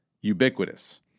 ubiquitous